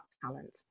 talent